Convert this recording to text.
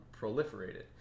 proliferated